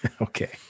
Okay